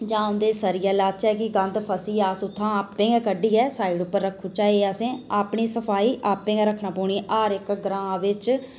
जां उं'दे ई सरिया लाचै कि गंद फसी जा ते कड्ढियै साईड पर रक्खी ओड़चै ते एह् अपनी सफाई असें आपें गै रक्खनी पौनी हर इक्क ग्रांऽ बिच